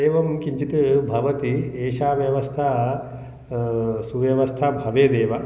एवं किञ्चित् भवति एषा व्यवस्था सुव्यवस्था भवेदेव